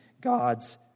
God's